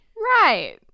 Right